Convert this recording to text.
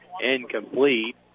incomplete